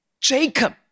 Jacob